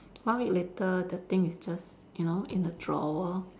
one week later the thing is just you know in the drawer